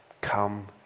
Come